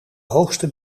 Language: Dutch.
hoogste